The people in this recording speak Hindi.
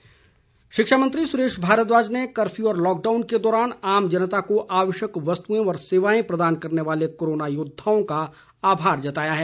भारद्वाज शिक्षा मंत्री सुरेश भारद्वाज ने कर्फ्यू व लॉकडाउन के दौरान आम जनता को आवश्यक वस्तुएं व सेवाएं प्रदान करने वाले कोरोना योद्वाओं का आभार जताया है